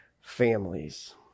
families